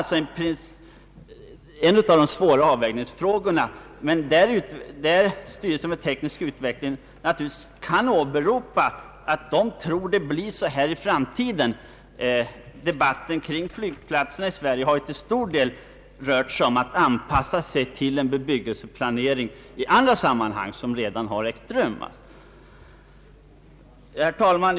Detta är en av de stora frågor som är svåra att avväga, och styrelsen för teknisk utveckling kan naturligtvis endast åberopa hur man tror att det kommer att bli i framtiden. Debatten kring flygplatserna i Sverige har ju till stor del rört sig om att anpassa sig till en bebyggelseplanering i andra sammanhang, som redan ägt rum. Herr talman!